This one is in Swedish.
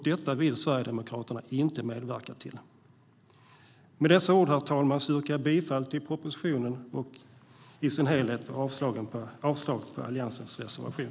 Detta vill Sverigedemokraterna inte medverka till. Med dessa ord yrkar jag bifall till propositionen i dess helhet och avslag på Alliansens reservation.